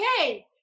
okay